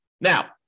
Now